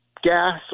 gas